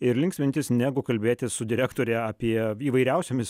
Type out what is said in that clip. ir linksmintis negu kalbėtis su direktore apie įvairiausiomis